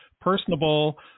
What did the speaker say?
personable